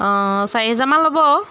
অঁ চাৰি হাজাৰমান ল'ব